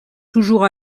toujours